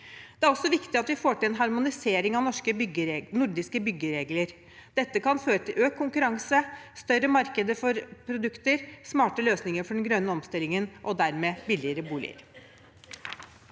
Det er også viktig at vi får til en harmonisering av nordiske byggeregler. Dette kan føre til økt konkurranse, større markeder for produkter, smarte løsninger for den grønne omstillingen og dermed billigere boliger.